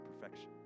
perfection